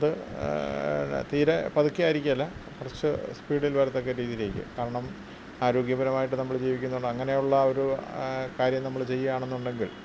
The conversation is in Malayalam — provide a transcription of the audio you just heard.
അത് തീരെ പതുക്കെ ആയിരിക്കുകയില്ല കുറച്ച് സ്പീഡിൽ വരത്തക്ക രീതിയിലേക്ക് കാരണം ആരോഗ്യപരമായിട്ട് നമ്മൾ ജീവിക്കുന്നത് കൊണ്ട് അങ്ങനെയുള്ള ഒരു കാര്യം നമ്മൾ ചെയ്യണമെന്നുണ്ടെങ്കിൽ